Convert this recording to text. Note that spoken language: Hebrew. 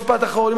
משפט אחרון,